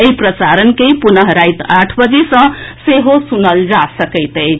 एहि प्रसारण के पुनः राति आठ बजे सँ सेहो सुनल जा सकैत अछि